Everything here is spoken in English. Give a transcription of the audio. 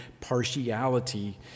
partiality